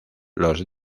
los